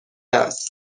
است